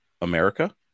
America